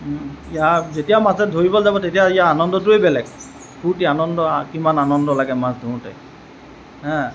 ইয়া যেতিয়া মাছ ধৰিবলৈ যাব তেতিয়া ইয়াৰ আনন্দটোৱে বেলেগ ফূৰ্ত্তি আনন্দ কিমান আনন্দ লাগে মাছ ধৰোঁতে